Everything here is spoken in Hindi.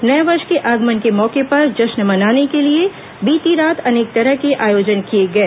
नये वर्ष के आगमन के मौके पर जश्न मनाने के लिए बीती रात अनेक तरह के आयोजन किए गए